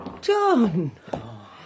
John